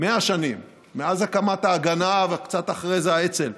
100 שנים, מאז הקמת ההגנה וקצת אחרי זה האצ"ל,